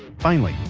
finally,